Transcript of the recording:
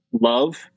Love